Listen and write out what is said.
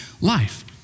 life